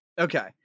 Okay